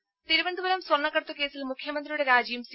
രുമ തിരുവനന്തപുരം സ്വർണ്ണക്കടത്ത് കേസിൽ മുഖ്യമന്ത്രിയുടെ രാജിയും സി